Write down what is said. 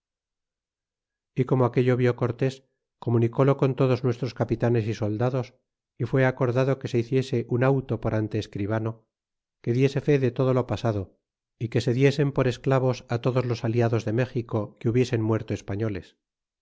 y como aquello viú cortés comunicólo con todos nuestros capitanes y soldados y fué acordado que se hiciese un auto por ante escribano que diese fe de todo lo pasado y que se diesen por esclavos todos los aliados de méxico que hubiesen muerto españoles